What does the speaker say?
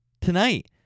tonight